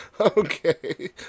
Okay